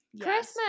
Christmas